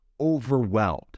overwhelmed